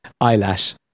eyelash